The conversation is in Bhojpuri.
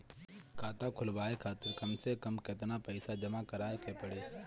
खाता खुलवाये खातिर कम से कम केतना पईसा जमा काराये के पड़ी?